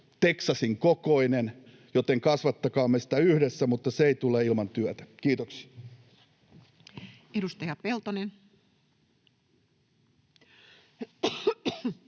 Texasin kokoinen. Joten kasvattakaamme sitä yhdessä, mutta se ei tule ilman työtä. — Kiitoksia. [Speech